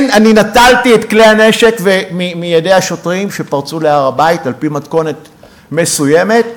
נטלתי את כלי הנשק מידי השוטרים שפרצו להר-הבית על-פי מתכונת מסוימת.